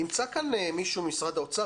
נמצא כאן מישהו ממשרד האוצר?